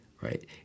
right